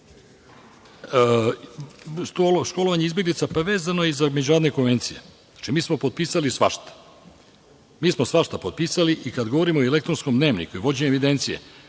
školovanje izbeglica, pa vezano i za međunarodne konvencije, znači, mi smo potpisali svašta. Mi smo svašta potpisali. I, kada govorimo o elektronskom dnevniku i vođenju evidencije,